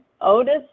Otis